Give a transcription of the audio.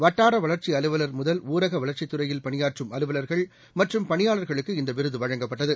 வட்டார வளர்ச்சி அலுவலர் முதல் ஊரக வளர்ச்சித் துறையில் பணியாற்றும் அலுவலர்கள் மற்றும் பணியாளர்களுக்கு இந்த விருது வழங்கப்பட்டது